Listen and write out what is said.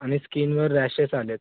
आणि स्कीनवर रॅशेस आल्या आहेत